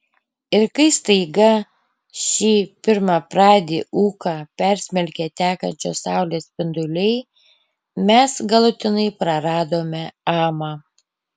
ir kai staiga šį pirmapradį ūką persmelkė tekančios saulės spinduliai mes galutinai praradome amą